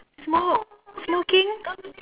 smoke smoking